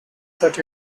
that